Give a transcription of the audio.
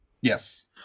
Yes